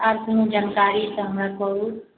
आर कोनो जानकारी तऽ हमरा कहू